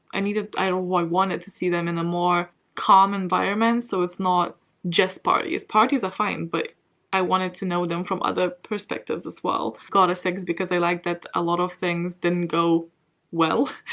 i mean i wanted to see them in a more calm environment. so it's not just parties. parties are fine, but i wanted to know them from other perspectives, as well got a six because i liked that a lot of things didn't go well,